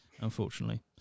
unfortunately